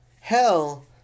hell